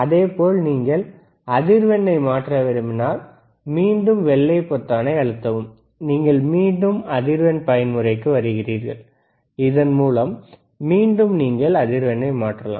அதேபோல் நீங்கள் அதிர்வெண்ணை மாற்ற விரும்பினால் மீண்டும் வெள்ளை பொத்தானை அழுத்தவும் நீங்கள் மீண்டும் அதிர்வெண் பயன்முறைக்கு வருகிறீர்கள் இதன் மூலம் மீண்டும் நீங்கள் அதிர்வெண்ணை மாற்றலாம்